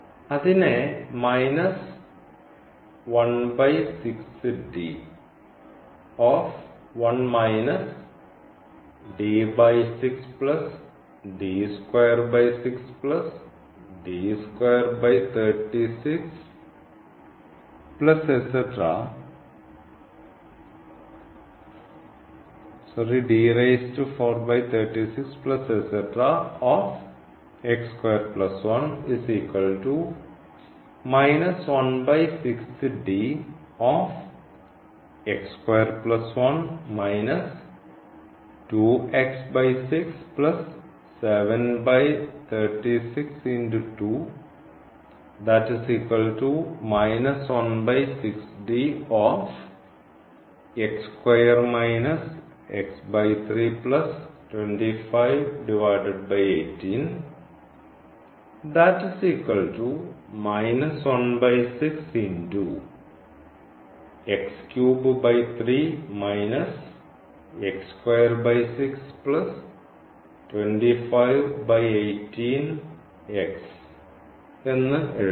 അതിനെ എന്നു എഴുതാം